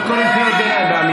לא קוראים בעמידה.